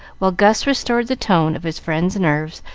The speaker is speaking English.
while gus restored the tone of his friend's nerves,